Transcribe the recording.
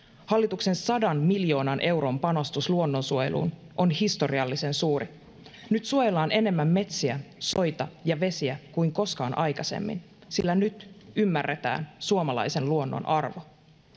hallituksen sadan miljoonan euron panostus luonnonsuojeluun on historiallisen suuri nyt suojellaan enemmän metsiä soita ja vesiä kuin koskaan aikaisemmin sillä nyt ymmärretään suomalaisen luonnon arvo